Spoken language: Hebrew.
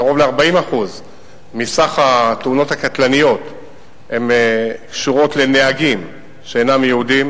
קרוב ל-40% מסך התאונות הקטלניות קשורות לנהגים שאינם יהודים,